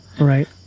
Right